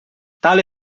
tale